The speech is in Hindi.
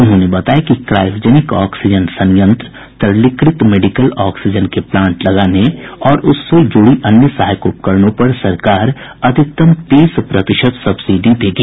उन्होंने बताया कि क्रायोजेनिक ऑक्सीजन संयंत्र तरलीकृत मेडिकल ऑक्सीजन के प्लांट लगाने और उससे जुड़ी अन्य सहायक उपकरणों पर सरकार अधिकतम तीस प्रतिशत सब्सिडी देगी